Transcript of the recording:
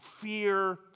fear